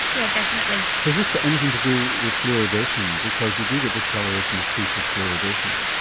yeah definitely. has this got anything to do with fluoridation? because you do get discolouration of teeth with fluoridation.